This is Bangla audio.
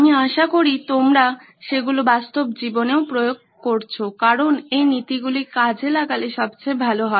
আমি আশা করি তোমরা সেগুলো বাস্তব জীবনেও প্রয়োগ করছো কারণ এই নীতিগুলো কাজে লাগালে সবচেয়ে ভালো হয়